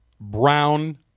brown